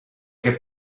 che